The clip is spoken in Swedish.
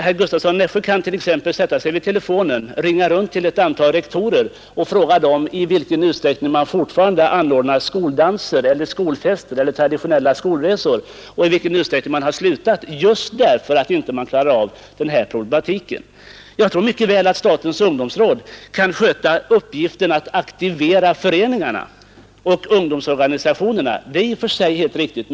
Herr Gustavsson i Nässjö kan t.ex. sätta sig vid telefonen och ringa runt till ett antal rektorer och fråga dem i vilken utsträckning man fortfarande anordnar skoldanser, skolfester eller traditionella skolresor och i vilken utsträckning man har slutat med detta just därför att man inte klarar av mellanölsproblematiken. Jag tror att statens ungdomsråd mycket väl kan sköta uppgiften att genom ungdomsorganisationerna aktivera föreningarna. Det är helt riktigt.